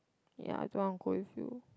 ya I don't want to go with you